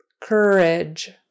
Courage